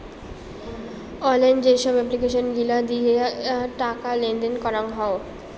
online যেসব application গিলা দিয়ে টাকা লেনদেন করাঙ হউ